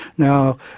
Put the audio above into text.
now,